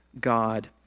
God